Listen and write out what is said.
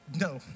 no